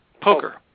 poker